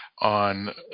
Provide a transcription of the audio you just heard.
on